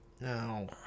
No